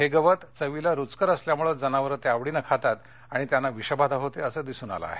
हे गवत चवीला रुचकर असल्यामुळे जनावर ते आवडीने खातात आणि त्यांना विषबाधा होते असं दिसून आलं आहे